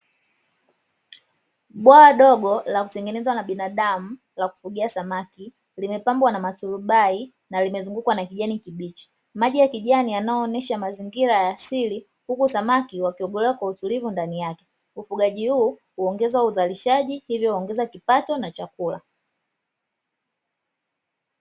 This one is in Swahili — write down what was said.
Bwawa dogo la kutengenezwa na binadamu la kufugia samaki, limepambwa na maturubai na limezungukwa na kijani kibichi. Maji ya kijani yanayoonesha mazingira ya asili, huku samaki wakiogelea kwa utulivu ndani yake. Ufugaji huu huongeza uzalishaji hivyo huongeza kipato na chakula.